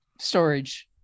Storage